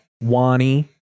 Wani